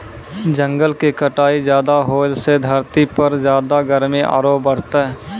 जंगल के कटाई ज्यादा होलॅ सॅ धरती पर ज्यादा गर्मी आरो बढ़तै